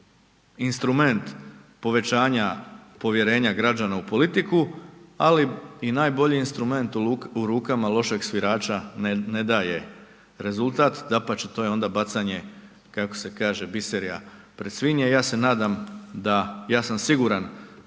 instrument povećanja povjerenja građana u politiku ali i najbolji instrument u rukama lošeg svirača ne daje rezultat, dapače, to je onda bacanje kako se kaže, biserja pred svinje. Ja sam siguran